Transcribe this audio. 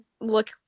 look